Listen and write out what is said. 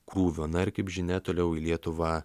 krūvio na ir kaip žinia toliau į lietuvą